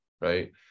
Right